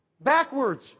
backwards